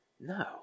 No